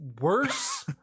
worse